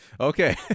okay